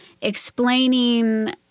explaining